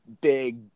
big